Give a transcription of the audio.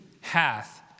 hath